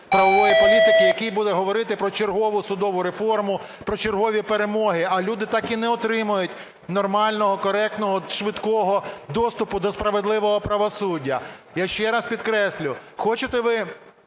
правової політики, який буде говорити про чергову судову реформу, про чергові перемоги, а люди так і не отримають нормального, коректного, швидкого доступу до справедливого правосуддя. Я ще раз підкреслю, хочете ви